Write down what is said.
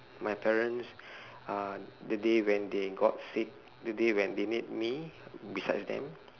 my parents uh the day when they got sick the day when they need me beside them